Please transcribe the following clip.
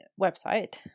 website